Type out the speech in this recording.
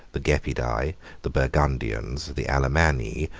the gepidae, the burgundians, the alemanni,